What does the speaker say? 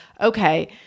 okay